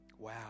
Wow